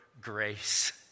grace